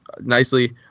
nicely